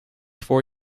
four